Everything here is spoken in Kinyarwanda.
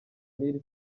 n’iri